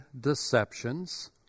deceptions